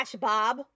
Bob